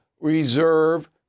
reserve